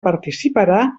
participarà